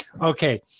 okay